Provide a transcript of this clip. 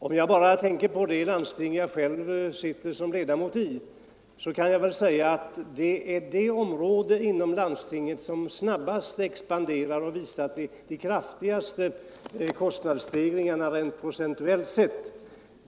Om jag bara tänker på det landsting som jag själv sitter som ledamot i kan jag väl säga att vården av de utvecklingsstörda är det område inom landstinget som expanderar snabbast och som visar de kraftigaste kostnadsstegringarna rent procentuellt.